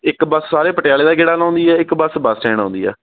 ਇੱਕ ਬੱਸ ਸਾਰੇ ਪਟਿਆਲੇ ਦਾ ਗੇੜਾ ਲਾਉਂਦੀ ਹੈ ਇੱਕ ਬੱਸ ਬੱਸ ਸਟੈਂਡ ਆਉਂਦੀ ਆ